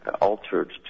altered